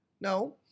No